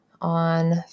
on